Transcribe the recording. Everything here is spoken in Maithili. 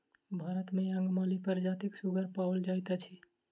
भारत मे अंगमाली प्रजातिक सुगर पाओल जाइत अछि